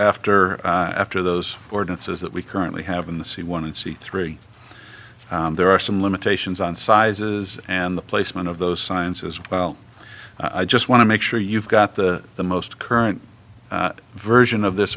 after after those ordinances that we currently have in the c one c three there are some limitations on sizes and the placement of those sciences well i just want to make sure you've got the the most current version of this